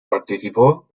participó